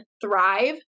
thrive